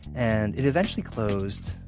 and it eventually closed,